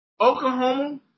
Oklahoma